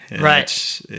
Right